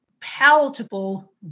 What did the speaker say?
palatable